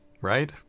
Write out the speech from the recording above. right